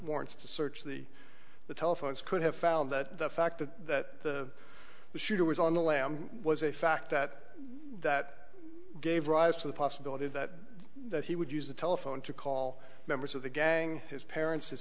warrants to search the the telephones could have found that the fact that the shooter was on the lam was a fact that that gave rise to the possibility that that he would use the telephone to call members of the gang his parents his